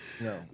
No